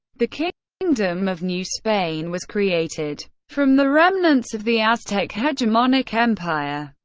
the kingdom of new spain was created from the remnants of the aztec hegemonic empire.